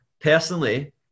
Personally